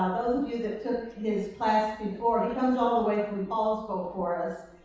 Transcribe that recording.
of you that took his class before, he comes all the way from poulsbo for us,